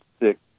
six